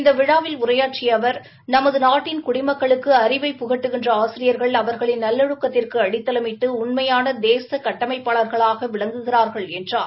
இந்த விழாவில் உரையாற்றிய அவர் நமது நாட்டின் குடிமக்களுக்கு அறிவை புகட்டுகின்றன ஆசிரியர்கள் அவர்களின் நல்லொழுக்கத்திற்கு அடித்தளமிட்டு உண்மையான தேசகட்டமைப்பாளர்களாக விளங்குகிறா்கள் என்றார்